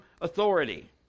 authority